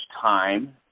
time